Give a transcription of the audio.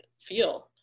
feel